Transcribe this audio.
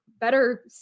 better